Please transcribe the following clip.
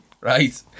Right